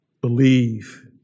believe